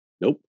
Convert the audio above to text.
Nope